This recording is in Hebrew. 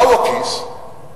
מהו הכיס?